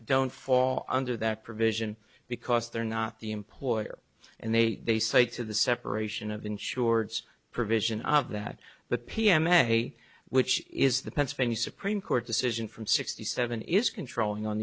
don't fall under that provision because they're not the employer and they they say to the separation of insureds provision of that but p m a which is the pennsylvania supreme court decision from sixty seven is controlling on